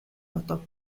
бодов